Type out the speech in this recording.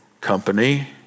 company